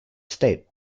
state